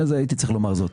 הייתי צריך לומר זאת.